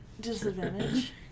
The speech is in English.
disadvantage